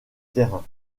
terrain